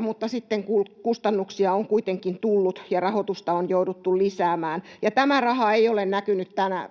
mutta sitten kustannuksia on kuitenkin tullut ja rahoitusta on jouduttu lisäämään. Tämä raha ei ole näkynyt tänä